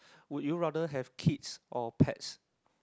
would you rather have kids or pets